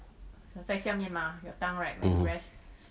mm